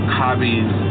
hobbies